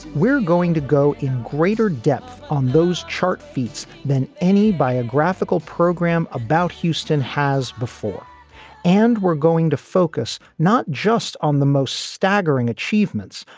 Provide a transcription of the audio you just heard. we're going to go in greater depth on those chart feats than any biographical program about houston has before and we're going to focus not just on the most staggering achievements,